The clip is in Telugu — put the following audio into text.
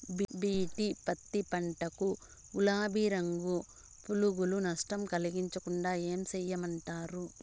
బి.టి పత్తి పంట కు, గులాబీ రంగు పులుగులు నష్టం కలిగించకుండా ఏం చేయమంటారు?